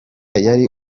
yari